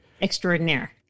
extraordinaire